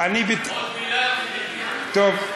טוב,